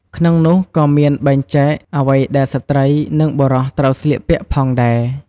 ក្នុងនោះក៏មានបែងចែកអ្វីដែលស្ត្រី និង បុរសត្រូវស្លៀកពាក់ផងដែរ។